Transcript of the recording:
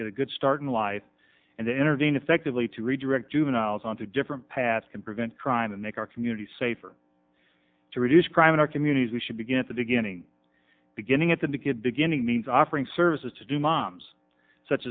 a good start in life and they intervene effectively to redirect juveniles onto different paths can prevent crime and make our community safer to reduce crime in our communities we should begin at the beginning beginning at the good beginning means offering services to do moms such